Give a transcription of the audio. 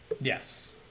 Yes